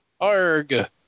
Arg